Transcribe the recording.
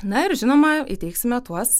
na ir žinoma įteiksime tuos